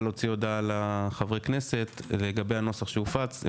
להוציא הודעה לחברי כנסת לגבי הנוסח שהופץ,